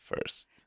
first